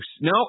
no